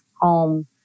home